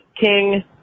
King